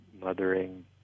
mothering